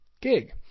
gig